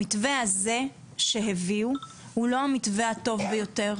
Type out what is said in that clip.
המתווה הזה שהביאו לשולחן הוועדה הוא לא המתווה הטוב ביותר.